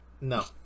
no